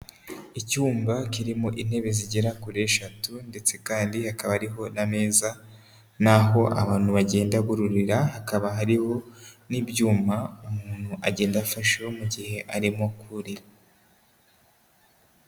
Icyumba kirimo intebe zigera kuri eshatu ndetse kandi hakaba hariho n'ameza n'aho abantu bagenda buririra, hakaba hariho n'ibyuma umuntu agenda afasheho mu gihe arimo kurira.